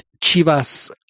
Chivas